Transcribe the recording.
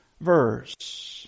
verse